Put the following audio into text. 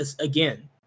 again